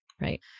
right